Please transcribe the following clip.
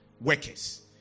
workers